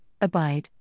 ABIDE